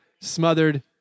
smothered